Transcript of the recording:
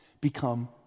become